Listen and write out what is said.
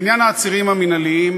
לעניין העצירים המינהליים,